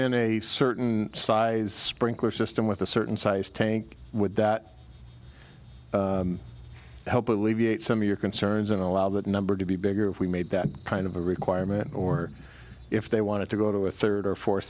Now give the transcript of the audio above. in a certain size sprinkler system with a certain size tank would that to help alleviate some of your concerns and allow that number to be bigger if we made that kind of a requirement or if they wanted to go to a third or fourth